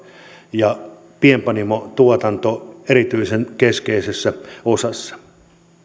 ja pienpanimotuotanto on erityisen keskeisessä osassa